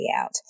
out